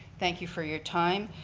thank you for your time,